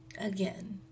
again